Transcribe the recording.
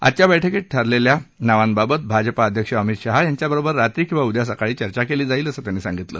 आजच्या बैठकीत ठरवण्यात आलेल्या नावांबाबत भाजपा अध्यक्ष अमित शाह यांच्याबरोबर रात्री किंवा उदया सकाळी चर्चा केली जाईल असं त्यांनी सांगितलं